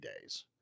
days